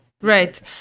Right